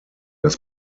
dass